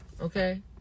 Okay